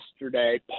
yesterday